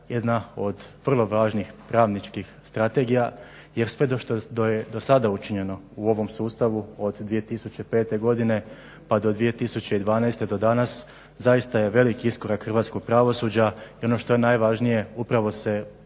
jedna od vrlo važnih pravničkih strategija je sve što je do sada učinjeno u ovom sustavu od 2005. godine pa do 2012. do danas zaista je velik iskorak hrvatskog pravosuđa i ono što je najvažnije upravo se